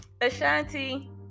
ashanti